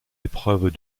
épreuves